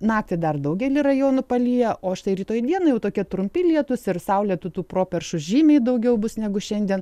naktį dar daugely rajonų palyja o štai rytoj dieną jau tokie trumpi lietūs ir saulėtų tų properšų žymiai daugiau bus negu šiandien